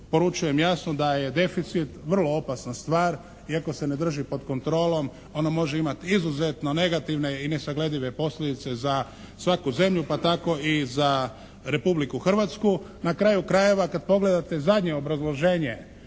poručujem jasno da je deficit vrlo opasna stvar, i ako se ne drži pod kontrolom ono može imati izuzetno negativne i nesagledive posljedice za svaku zemlju, pa tako i za Republiku Hrvatsku. Na kraju krajeva kad pogleda zadnje obrazloženje